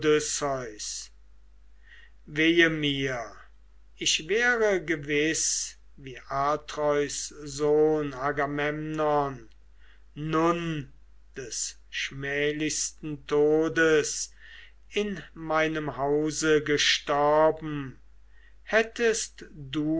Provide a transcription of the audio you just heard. ich wäre gewiß wie atreus sohn agamemnon nun des schmählichsten todes in meinem hause gestorben hättest du